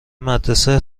مدرسه